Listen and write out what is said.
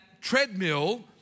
treadmill